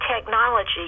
technology